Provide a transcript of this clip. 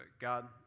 God